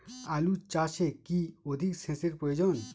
আলু চাষে কি অধিক সেচের প্রয়োজন?